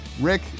Rick